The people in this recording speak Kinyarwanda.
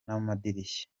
n’amadirishya